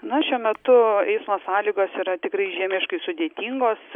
na šiuo metu eismo sąlygos yra tikrai žiemiškai sudėtingos